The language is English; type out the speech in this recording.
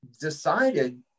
decided